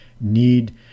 need